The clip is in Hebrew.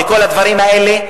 מכל הדברים האלה?